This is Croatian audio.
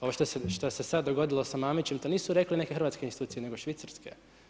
Ovo što se sada dogodilo sa Mamićem, to nisu rekli neke hrvatske institucije, nego švicarske.